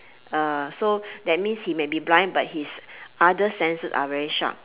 uh so that means he may be blind but his other senses are very sharp